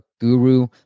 guru